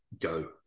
go